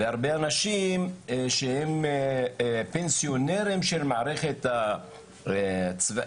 והרבה אנשים שהם פנסיונרים של מערכת הצבאית,